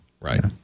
Right